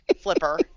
Flipper